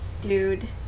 dude